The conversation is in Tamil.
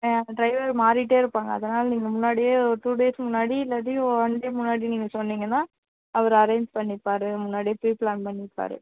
ஆ டிரைவர் மாறிட்டே இருப்பாங்க அதனால் நீங்கள் முன்னாடியே ஒரு டூ டேஸ் முன்னாடி இல்லாட்டி ஒன் டே முன்னாடி நீங்கள் சொன்னீங்கன்னா அவர் அரேன்ச் பண்ணிப்பார் முன்னாடியே ப்ரீ பிளான் பண்ணிப்பார்